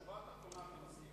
בשורה התחתונה אני מסכים.